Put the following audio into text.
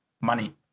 money